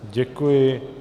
Děkuji.